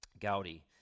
Gaudi